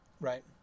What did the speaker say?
Right